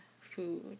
food